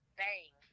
bang